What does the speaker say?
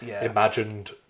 imagined